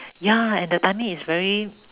ya and the timing is very